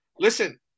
Listen